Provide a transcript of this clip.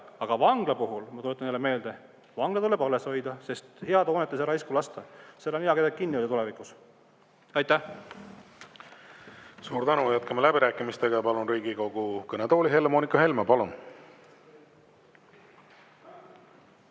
Aga vangla puhul, ma tuletan jälle meelde: vangla tuleb alles hoida, sest head hoonet ei saa lasta raisku minna. Seal on hea kedagi kinni hoida tulevikus. Aitäh! Suur tänu! Jätkame läbirääkimisi. Palun Riigikogu kõnetooli Helle-Moonika Helme. Palun!